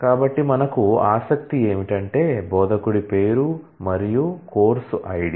కాబట్టి మనకు ఆసక్తి ఏమిటంటే బోధకుడి పేరు మరియు కోర్సు ఐడి